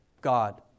God